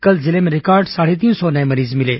कल जिले में रिकॉर्ड साढ़े तीन सौ मरीज मिले